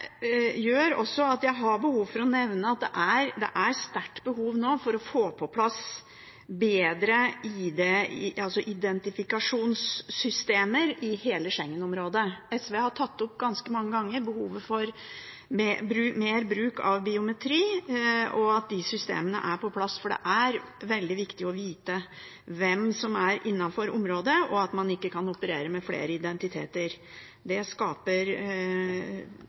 er sterkt behov nå for å få på plass bedre identifikasjonssystemer i hele Schengen-området. SV har tatt opp ganske mange ganger behovet for mer bruk av biometri, og at disse systemene er på plass, for det er veldig viktig å vite hvem som er innenfor området, og at man ikke kan operere med flere identiteter. Det skaper